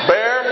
Bear